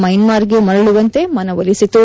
Myanmar ಗೆ ಮರಳುವಂತೆ ಮನವೊಲಿಸಿತು